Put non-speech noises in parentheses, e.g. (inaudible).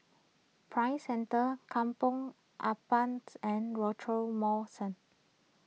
Prime Centre Kampong Ampat and (unintelligible) Mall (unintelligible)